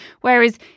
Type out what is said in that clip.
Whereas